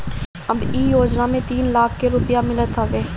अब इ योजना में तीन लाख के रुपिया मिलत हवे